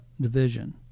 division